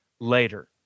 later